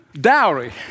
dowry